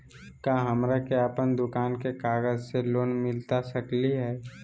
का हमरा के अपन दुकान के कागज से लोन मिलता सकली हई?